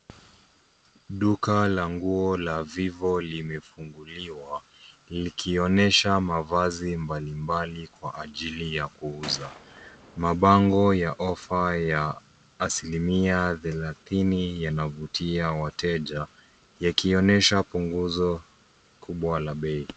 Duka la nguo la Vivo limefunguliwa likionyesha mavazi mbalimbali kwa ajili ya kuuza. Mabango ya ofa ya asilimia thelathini yanavutia wateja yakionyesha punguzo kubwa la bei.